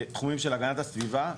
בתחומים של הגנת הסביבה,